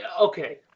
okay